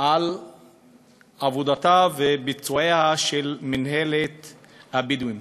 על עבודתה וביצועיה של מינהלת הבדואים.